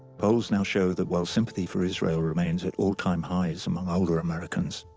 polls now show that while sympathy for israel remains at all-time highs among older americans,